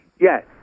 Yes